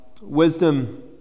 Wisdom